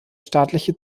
staatliche